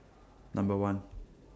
Number one